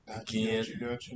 Again